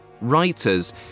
writers